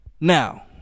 Now